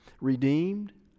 redeemed